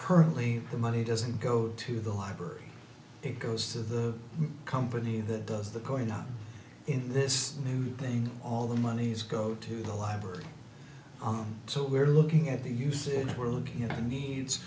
currently the money doesn't go to the library it goes to the company that does the calling up in this news thing all the monies go to the library on so we're looking at the usage we're looking at the needs